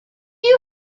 you